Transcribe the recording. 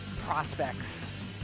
prospects